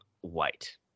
white